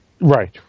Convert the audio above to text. Right